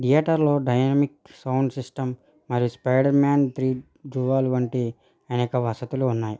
థియేటర్లో dynamic sound system మరియు spider man three జువాల్ వంటి అనేక వసతులు ఉన్నాయి